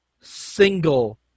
single